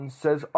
says